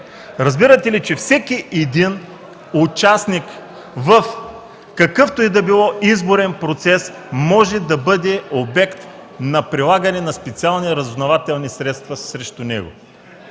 Разбирате ли, че всеки участник в какъвто и да било изборен процес може да бъде обект на прилагане на специални разузнавателни средства срещу него.